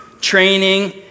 training